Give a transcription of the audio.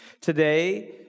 Today